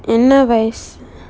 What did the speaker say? என்ன வயசு:enna vayasu